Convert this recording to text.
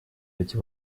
эти